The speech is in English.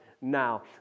now